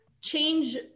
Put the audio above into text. change